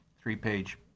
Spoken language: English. three-page